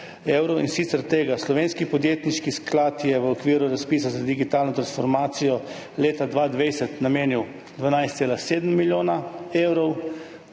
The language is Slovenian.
in sicer je Slovenski podjetniški sklad v okviru razpisa za digitalno transformacijo leta 2020 namenil 12,7 milijona evrov,